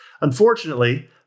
Unfortunately